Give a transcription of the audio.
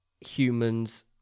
humans